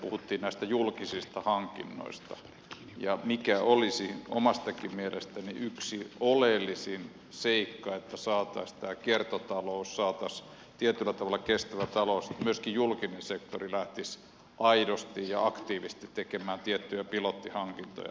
puhuttiin näistä julkisista hankinnoista ja se mikä olisi omasta mielestänikin yksi oleellinen seikka siinä että saataisiin meille tämä kiertotalous saataisiin tietyllä tavalla kestävä talous on se että myöskin julkinen sektori lähtisi aidosti ja aktiivisesti tekemään tiettyjä pilottihankintoja